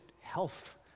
health